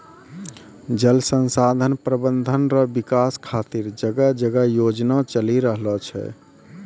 जल संसाधन प्रबंधन रो विकास खातीर जगह जगह योजना चलि रहलो छै